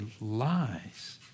lies